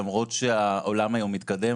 למרות שהעולם היום מתקדם.